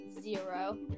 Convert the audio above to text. zero